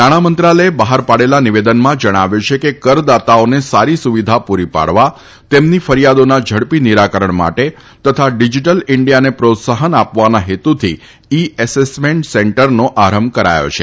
નાણામંત્રાલયે બહાર પાડેલા નિવેદનમાં જણાવ્યું છે કે કરદાતાઓને સારી સુવિધા પૂરી પાડવા તેમની ફરિયાદોના ઝડપી નિરાકરણ માટે તથા ડિજીટલ ઈન્જિયાને પ્રોત્સાફન આપવાના હેતુથી ઈ એસેસમેન્ટ સેન્ટરનો આરંભ કરાયો છે